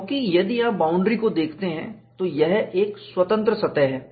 क्योंकि यदि आप बाउंड्री को देखते हैं तो यह एक स्वतंत्र सतह है